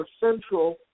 central